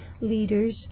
leaders